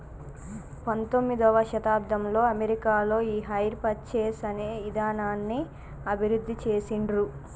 పంతొమ్మిదవ శతాబ్దంలో అమెరికాలో ఈ హైర్ పర్చేస్ అనే ఇదానాన్ని అభివృద్ధి చేసిండ్రు